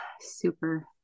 super